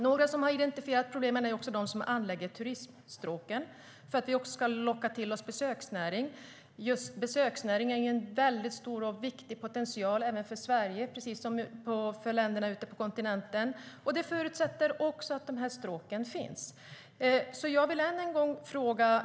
Några som också har identifierat problemen är de som anlägger turismstråken i syfte att locka besökare till Sverige. Besöksnäringen är en stor och viktig potential för Sverige, precis som för länderna på kontinenten. Men det förutsätter att dessa stråk finns.